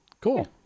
Cool